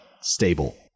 stable